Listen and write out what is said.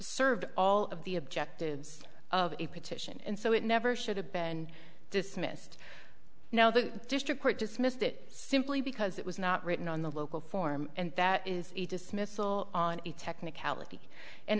served all of the objectives of a petition and so it never should have been dismissed now the district court dismissed it simply because it was not written on the local form and that is a dismissal on a technicality and